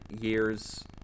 years